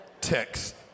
text